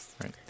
right